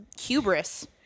hubris